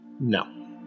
No